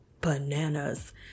Bananas